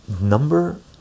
Number